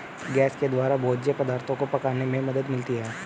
gas के द्वारा भोज्य पदार्थो को पकाने में मदद मिलती है